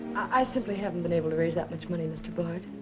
i simply haven't been able to raise that much money, mr. bard.